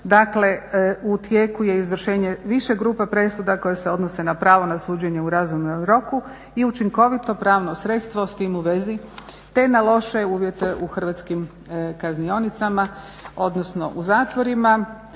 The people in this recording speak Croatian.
Dakle, u tijeku je izvršenje više grupa presuda koje se odnose na pravo na suđenje u razumnom roku i učinkovito pravno sredstvo s tim u vezi, te na loše uvjete u hrvatskim kaznionicama, odnosno u zatvorima.